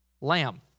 lamb